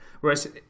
Whereas